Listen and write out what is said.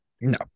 No